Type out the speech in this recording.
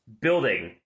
building